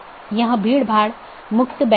तो इस मामले में यह 14 की बात है